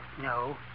No